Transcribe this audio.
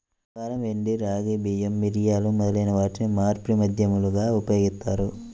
బంగారం, వెండి, రాగి, బియ్యం, మిరియాలు మొదలైన వాటిని మార్పిడి మాధ్యమాలుగా ఉపయోగిత్తారు